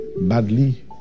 badly